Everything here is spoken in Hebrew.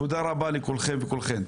תודה רבה לכולכם וכולכן.